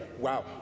Wow